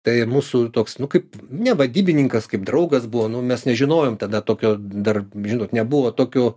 tai mūsų toks nu kaip ne vadybininkas kaip draugas buvo nu mes nežinojom tada tokio dar žinot nebuvo tokio